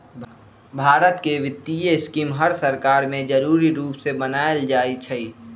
भारत के वित्तीय स्कीम हर सरकार में जरूरी रूप से बनाएल जाई छई